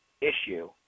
issue